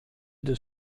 des